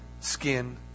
skin